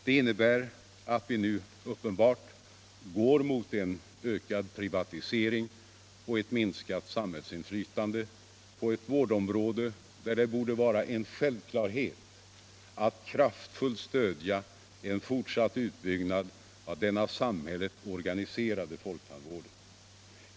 Det innebär att vi nu uppenbart går mot en ökad privatisering och ett minskat samhällsinflytande på eu vårdområde där det borde vara en självklarhet att kraftfullt stödja en fortsatt utbyggnad äv den av samhället organiserade folktandvården.